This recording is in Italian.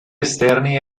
esterni